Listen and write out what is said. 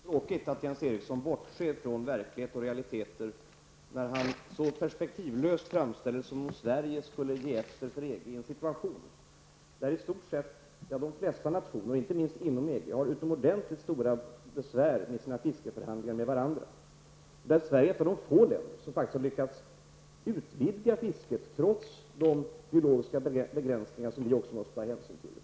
Fru talman! Det är mycket tråkigt att Jens Eriksson bortser från verklighet och realiteter när han så perspektivlöst framställer det som att Sverige skulle ge efter för EG i en situation där de flesta länder, inte minst inom EG, har utomordentligt stora besvär i sina fiskeförhandlingar med varandra. Sverige är ett av de få länder som har lyckats utvidga sitt fiske, trots de biologiska begränsningar som också vi måste ta hänsyn till.